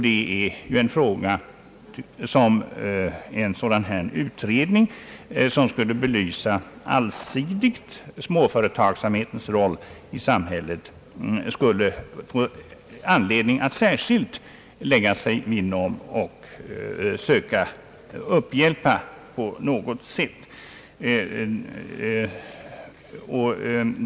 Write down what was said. Det är också en fråga som en utredning, som skulle belysa småföretagsamhetens roll i samhället på ett allsidigt sätt, skulle få anledning att särskilt lägga sig vinn om och söka upphjälpa på något sätt.